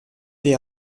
they